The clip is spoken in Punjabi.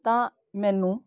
ਤਾਂ ਮੈਨੂੰ